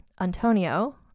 Antonio